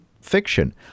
fiction